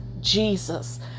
Jesus